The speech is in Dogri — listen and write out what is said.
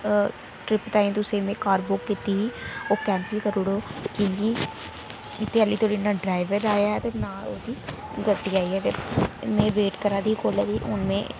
ट्रिप ताईं तुसें गी में कार बुक कीती ही ओह् कैंसल करी उड़ो की कि अल्ली धोड़ी ना ड्राईवर आया ते नां गै ओह्दी गड्डी आई ऐ ते में वेट करा दी ही कोल्ले दी हून में